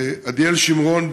עדיאל שמרון,